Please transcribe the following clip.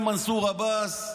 עם מנסור עבאס,